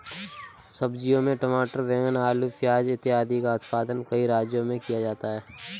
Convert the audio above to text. सब्जियों में टमाटर, बैंगन, आलू, प्याज इत्यादि का उत्पादन कई राज्यों में किया जाता है